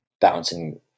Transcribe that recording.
bouncing